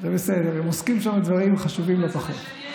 בסדר, הם עוסקים שם בדברים חשובים לא פחות.